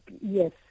Yes